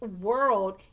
world